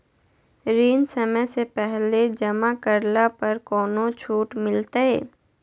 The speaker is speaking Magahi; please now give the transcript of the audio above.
ऋण समय से पहले जमा करला पर कौनो छुट मिलतैय?